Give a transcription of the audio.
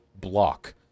block